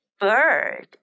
bird